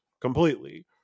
completely